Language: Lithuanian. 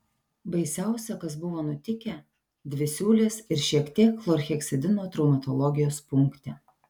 baisiausia kas buvo nutikę dvi siūlės ir šiek tiek chlorheksidino traumatologijos punkte